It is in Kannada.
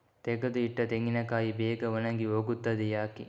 ತೆಗೆದು ಇಟ್ಟ ತೆಂಗಿನಕಾಯಿ ಬೇಗ ಒಣಗಿ ಹೋಗುತ್ತದೆ ಯಾಕೆ?